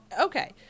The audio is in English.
okay